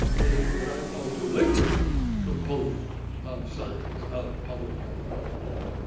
the what i call delivery component of science, of public health programs.